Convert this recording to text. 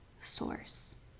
Source